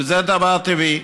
וזה דבר טבעי.